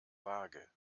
vage